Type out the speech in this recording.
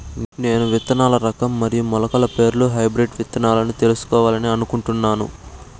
నేను విత్తన రకం మరియు మొలకల పేర్లు హైబ్రిడ్ విత్తనాలను తెలుసుకోవాలని అనుకుంటున్నాను?